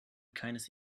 keines